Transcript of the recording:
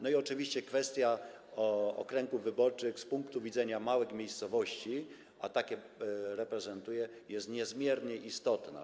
No i oczywiście kwestia okręgów wyborczych z punktu widzenia małych miejscowości, a takie reprezentuję, jest niezmiernie istotna.